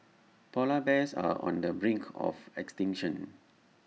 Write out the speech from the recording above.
Polar Bears are on the brink of extinction